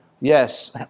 yes